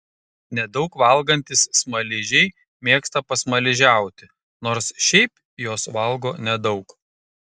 nedaug valgantys smaližiai mėgsta pasmaližiauti nors šiaip jos valgo nedaug